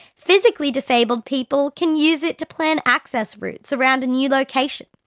physically disabled people can use it to plan access routes around a new location.